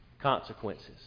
consequences